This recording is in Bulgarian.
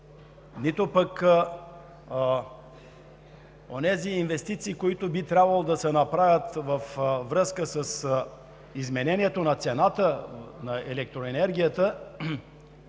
нито пък онези инвестиции, които би трябвало да се направят във връзка с изменението на цената на електроенергията,